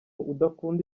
udakunda